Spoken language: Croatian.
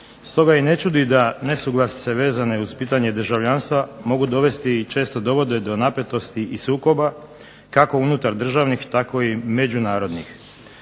Stoga i ne čudi da nesuglasice vezane uz pitanje državljanstva mogu dovesti i često dovode do napetosti i sukoba kako unutar državnih tako i međunarodnih.